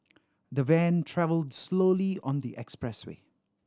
the van travelled slowly on the expressway